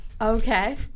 Okay